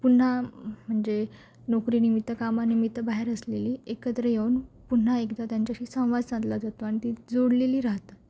पुन्हा म्हणजे नोकरीनिमित्त कामानिमित्त बाहेर असलेली एकत्र येऊन पुन्हा एकदा त्यांच्याशी संवाद साधला जातो आणि ती जोडलेली राहतात